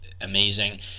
amazing